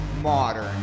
modern